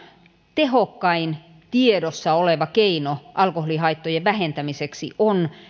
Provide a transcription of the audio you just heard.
tehokkain tiedossa oleva keino alkoholihaittojen vähentämiseksi on